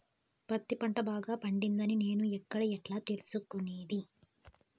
పత్తి పంట బాగా పండిందని నేను ఎక్కడ, ఎట్లా తెలుసుకునేది?